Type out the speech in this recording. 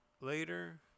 later